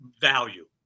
value